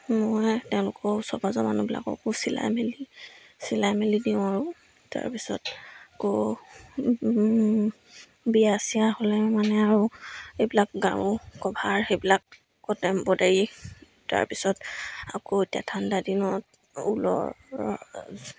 মই তেওঁলোকৰ ওজৰ পাজৰ মানুহবিলাককো চিলাই মেলি চিলাই মেলি দিওঁ আৰু তাৰপিছত আকৌ বিয়া চিয়া হ'লে মানে আৰু এইবিলাক গাৰু কভাৰ সেইবিলাক কট এম্বডাৰী তাৰপিছত আকৌ এতিয়া ঠাণ্ডা দিনত ঊলৰ